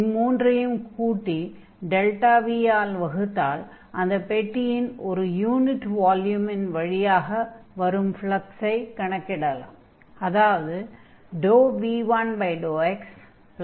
இம்மூன்றையும் கூட்டி δV ஆல் வகுத்தால் அந்தப் பெட்டியின் ஒரு யூனிட் வால்யூமின் வழியாக வரும் ஃப்லக்ஸைக் கணக்கிடலாம்